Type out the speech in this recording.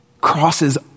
crosses